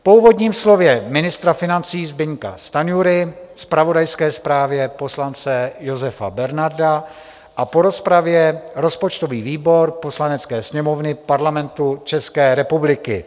Po úvodním slově ministra financí Zbyňka Stanjury, zpravodajské zprávě poslance Josefa Bernarda a po rozpravě rozpočtový výbor Poslanecké sněmovny Parlamentu České republiky